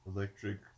Electric